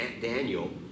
Daniel